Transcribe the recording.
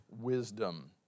wisdom